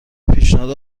پیشنهاد